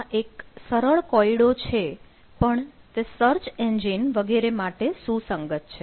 આ એક સરળ કોયડો છે પણ તે સર્ચ એન્જિન વગેરે માટે સુસંગત છે